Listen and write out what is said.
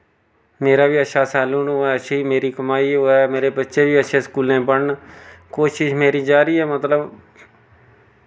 मेरा बी अच्छा सैलून होऐ अच्छी मेरी कमाई होऐ मेरे बच्चे बी अच्छे स्कूलें पढ़न कोशश मेरी जारी ऐ मतलब